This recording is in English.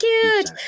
cute